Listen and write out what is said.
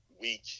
week